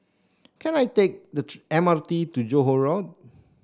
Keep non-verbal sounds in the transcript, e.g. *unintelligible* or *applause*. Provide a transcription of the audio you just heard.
can I take the *unintelligible* M R T to Johore Road